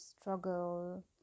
struggle